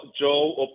Joe